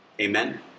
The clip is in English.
Amen